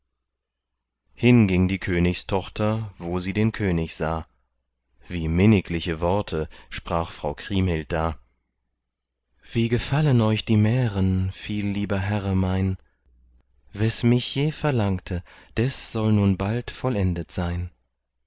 hin ging die königstochter wo sie den könig sah wie minnigliche worte sprach frau kriemhild da wie gefallen euch die mären viel lieber herre mein wes mich je verlangte des soll nun bald vollendet sein